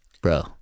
bro